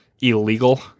illegal